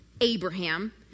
Abraham